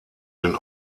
den